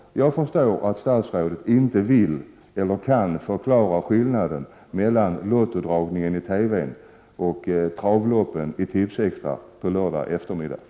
Jag förstår att statsrådet inte vill eller kan förklara skillnaden mellan Lottodragningen i TV och travloppen i Tipsextra på lördagseftermiddagarna.